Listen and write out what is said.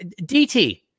DT